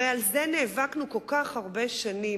הרי על זה נאבקנו כל כך הרבה שנים,